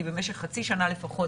כי במשך חצי שנה לפחות